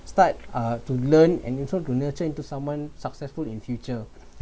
start uh to learn and you try to nurture into someone successful in future